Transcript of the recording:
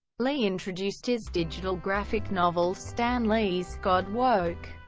lee introduced his digital graphic novel stan lee's god woke,